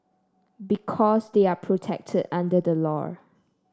because they are protected under the law